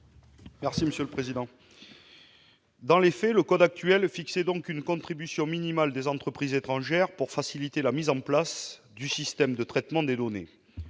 M. Fabien Gay. Dans les faits, le code actuel fixait une contribution minimale des entreprises étrangères pour faciliter la mise en place du système de traitement des données.